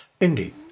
Indeed